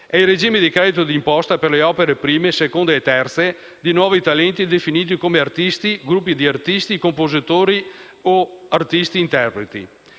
la misura del credito d'imposta per le opere (prime, seconde e terze) di nuovi talenti; definiti come artisti, gruppi di artisti, compositori o artisti-interpreti.